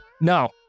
No